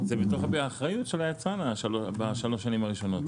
זה בתוך אחריות היצרן בשלוש השנים הראשונות.